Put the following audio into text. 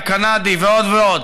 הקנדי ועוד ועוד,